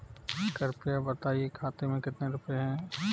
कृपया बताएं खाते में कितने रुपए हैं?